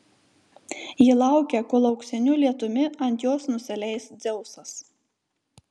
ji laukia kol auksiniu lietumi ant jos nusileis dzeusas